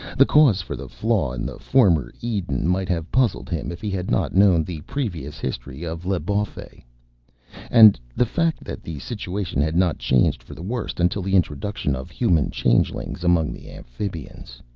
the cause for the flaw in the former eden might have puzzled him if he had not known the previous history of l'bawfey and the fact that the situation had not changed for the worst until the introduction of human changelings among the amphibians.